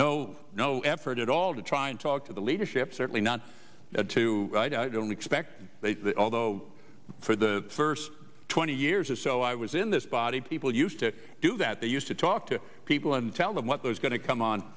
no no effort at all to try and talk to the leadership certainly not to expect although for the first twenty years or so i was in this body people used to do that they used to talk to people and tell them what was going to come on